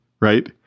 right